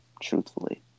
truthfully